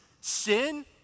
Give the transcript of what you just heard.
Sin